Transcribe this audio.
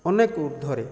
ଅନେକ ଉର୍ଦ୍ଧ୍ବରେ